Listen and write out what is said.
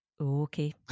Okay